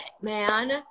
man